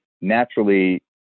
naturally